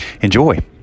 enjoy